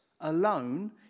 alone